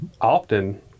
often